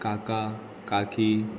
काका काकी